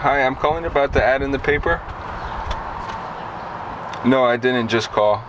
hi i'm calling about the ad in the paper no i didn't just call